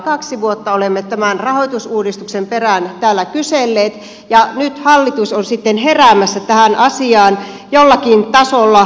kaksi vuotta olemme tämän rahoitusuudistuksen perään täällä kyselleet ja nyt hallitus on sitten heräämässä tähän asiaan jollakin tasolla